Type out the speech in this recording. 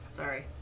sorry